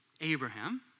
Abraham